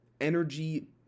energy